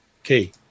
okay